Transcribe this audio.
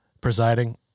presiding